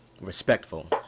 respectful